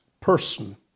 person